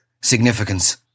significance